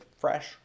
fresh